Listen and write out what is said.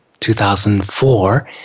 2004